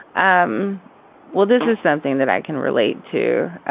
um well this is something that i can relate to